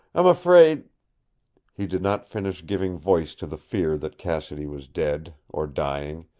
i'm afraid he did not finish giving voice to the fear that cassidy was dead or dying,